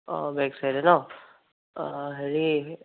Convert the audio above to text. অ বেক ছাইদে ন' অ হেৰি